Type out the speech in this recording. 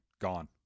gone